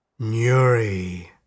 Nuri